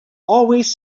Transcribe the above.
always